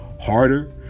harder